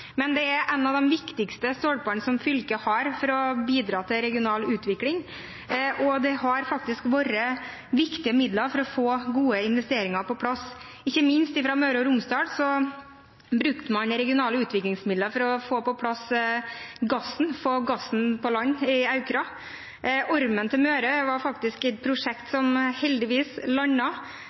men det er en av de viktigste stolpene som fylkene har for å bidra til regional utvikling. Det har vært viktige midler for å få gode investeringer på plass, ikke minst i Møre og Romsdal, der man brukte regionale utviklingsmidler for å få på plass gassen, få gassen på land i Aukra. Ormen til Møre var et prosjekt som heldigvis